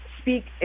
speak